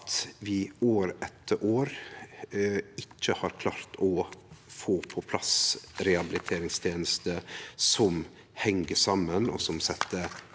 at vi år etter år ikkje har klart å få på plass rehabiliteringstenester som heng saman, og som set